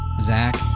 Zach